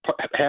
half